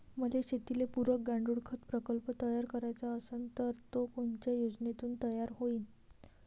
मले शेतीले पुरक गांडूळखत प्रकल्प तयार करायचा असन तर तो कोनच्या योजनेतून तयार होईन?